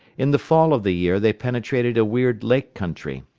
in the fall of the year they penetrated a weird lake country,